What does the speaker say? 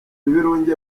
ibirunge